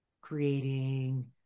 creating